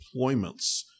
deployments